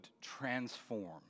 transform